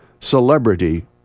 celebrity